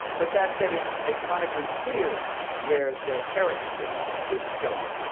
but that said, it's iconically clear where their caricature is going.